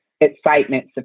excitement